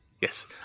Yes